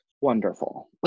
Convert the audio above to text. wonderful